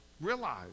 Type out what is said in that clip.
realize